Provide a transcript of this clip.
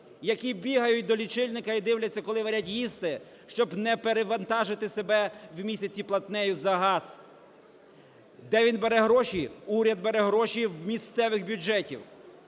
які бігають до лічильника і дивляться, коли варять їсти, щоб не перевантажити себе в місяці платнею за газ. Де він бере гроші? Уряд бере гроші в місцевих бюджетів.